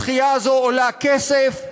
הדחייה הזו עולה כסף,